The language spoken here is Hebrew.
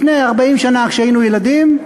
לפני 40 שנה, כשהיינו ילדים,